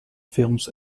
films